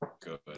good